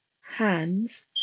hands